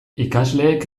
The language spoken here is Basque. ikasleek